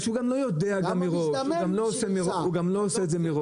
הוא גם לא עושה את זה מראש,